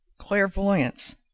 Clairvoyance